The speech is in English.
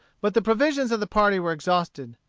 but the provisions of the party were exhausted.